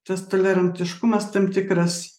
tas tolerantiškumas tam tikras